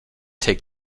take